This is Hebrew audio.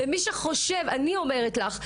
אני אומרת לך,